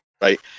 right